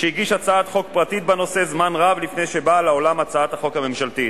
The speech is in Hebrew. שהגיש הצעת חוק פרטית בנושא זמן רב לפני שבאה לעולם ההצעה הממשלתית,